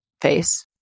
face